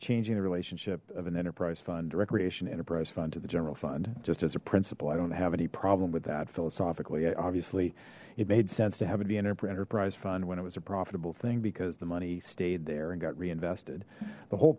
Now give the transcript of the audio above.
changing the relationship of an enterprise fund to recreation enterprise fund to the general fund just as a principal i don't have any problem with that philosophically obviously it made sense to have it be an enterprise fund when it was a edible thing because the money stayed there and got reinvested the whole